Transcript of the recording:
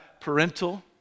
parental